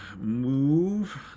move